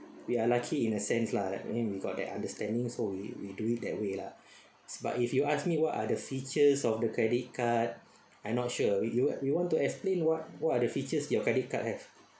we are lucky in a sense lah I mean we got that understanding so we we do it that way lah but if you ask me what are the features of the credit card I not sure you you want to explain what what are the features your credit card have